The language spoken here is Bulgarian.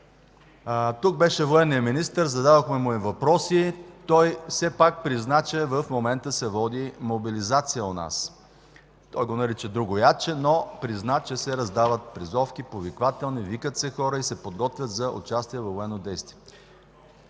Тук беше военният министър, зададохме му въпроси. Той все пак призна, че в момента у нас се води мобилизация. Той го нарича другояче, но призна, че се раздават призовки, повиквателни, викат се хора и се подготвят за участие във военни действия,